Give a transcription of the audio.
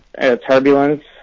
turbulence